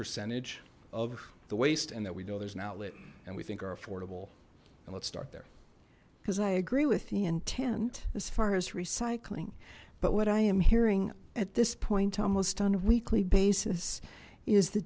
percentage of the waste and that we know there's an outlet and we think are affordable and let's start there because i agree with the intent as far as recycling but what i am hearing at this point almost on a weekly basis is the